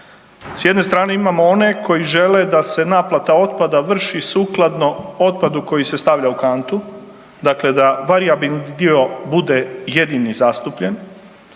S jedne strane imamo one koji žele da se naplata otpada vrši sukladno otpadu koji se stavlja u kantu, dakle da varijabilni dio bude jedini zastupljen,